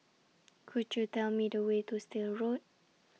Could YOU Tell Me The Way to Still Road